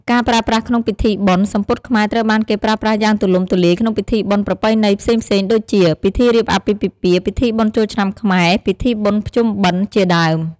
ការប្រើប្រាស់ក្នុងពិធីបុណ្យ សំពត់ខ្មែរត្រូវបានគេប្រើប្រាស់យ៉ាងទូលំទូលាយក្នុងពិធីបុណ្យប្រពៃណីផ្សេងៗដូចជា ពិធីរៀបអាពាហ៍ពិពាហ៍ ពិធីបុណ្យចូលឆ្នាំខ្មែរ ពិធីបុណ្យភ្ជុំបិណ្ឌ ជាដើម។